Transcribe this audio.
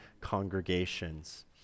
congregations